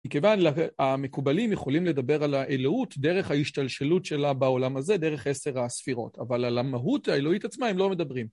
מכיוון המקובלים יכולים לדבר על האלוהות דרך ההשתלשלות שלה בעולם הזה, דרך עשר הספירות, אבל על המהות האלוהית עצמה הם לא מדברים.